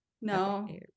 No